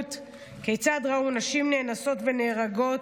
בפירוט כיצד ראו נשים נאנסות ונהרגות,